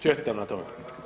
Čestitam na tome.